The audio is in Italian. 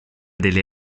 delle